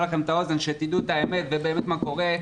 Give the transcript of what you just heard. שתדעו את האמת ובאמת מה קורה,